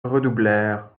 redoublèrent